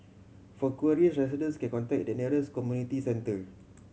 for queries resident can contact their nearest community centre